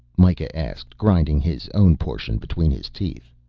mikah asked, grinding his own portion between his teeth.